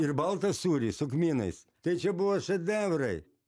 ir baltas sūris su kmynais tai čia buvo šedevrai